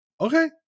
Okay